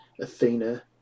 Athena